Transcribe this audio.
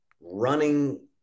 running